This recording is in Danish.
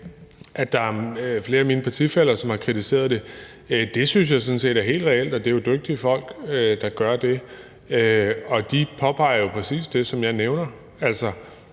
at der er flere af mine partifæller, som har kritiseret det, at det synes jeg sådan set er helt reelt, og det er jo dygtige folk, der gør det. Og de påpeger jo præcis det, som jeg nævner,